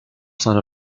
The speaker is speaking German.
seine